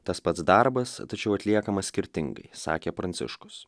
tas pats darbas tačiau atliekamas skirtingai sakė pranciškus